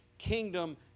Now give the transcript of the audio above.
kingdom